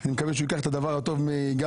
אני מקווה שהוא ייקח את הדבר הטוב מגפני,